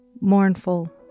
mournful